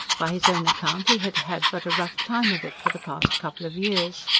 by his own account he had had but a rough time of it for the past couple of years.